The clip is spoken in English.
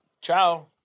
Ciao